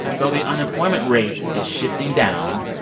though the unemployment rate is shifting down,